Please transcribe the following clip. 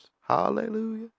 hallelujah